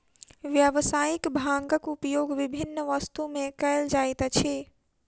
व्यावसायिक भांगक उपयोग विभिन्न वस्तु में कयल जाइत अछि